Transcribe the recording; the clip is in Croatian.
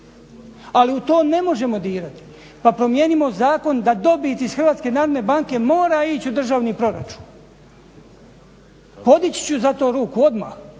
ali u to ne možemo dirati. Pa promijenimo zakon da dobit iz HNB-a mora ići u državni proračun, podići ću za to ruku odmah